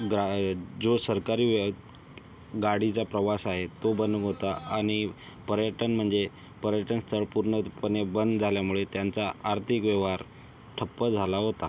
गाय जो सरकारी गाडीचा प्रवास आहे तो बंद होता आणि पर्यटन म्हणजे पर्यटनस्थळ पूर्णपणे बंद झाल्यामुळे त्यांचा आर्थिक व्यवहार ठप्प झाला होता